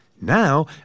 Now